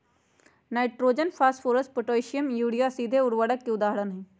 nitrogen, phosphorus, potassium, urea सीधे उर्वरक के उदाहरण हई